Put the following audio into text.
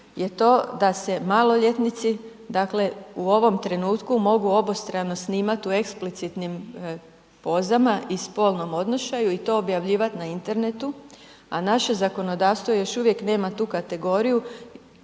je to da se maloljetnici u ovom trenutku mogu obostrano snimat u eksplicitnim pozama i spolnom odnošaju i to objavljivat na internetu a naše zakonodavstvo još uvijek nema tu kategoriju